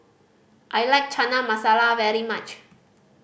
I like Chana Masala very much